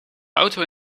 auto